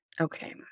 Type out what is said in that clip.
Okay